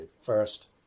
first